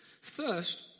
First